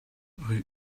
rue